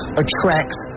attracts